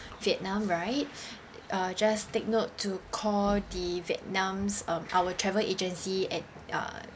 vietnam right uh just take note to call the vietnam's um our travel agency at err